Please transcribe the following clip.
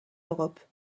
europe